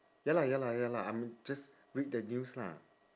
ya lah ya lah ya lah I'm just read the news lah